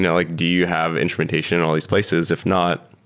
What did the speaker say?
yeah like do you have instrumentation on all these places? if not,